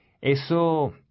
Eso